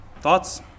Thoughts